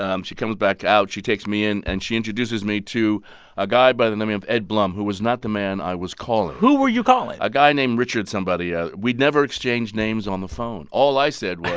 um she comes back out. she takes me in, and she introduces me to a guy by the name of ed bluhm, who was not the man i was calling who were you calling? a guy named richard somebody. ah we'd never exchanged names on the phone. all i said was,